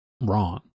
wrong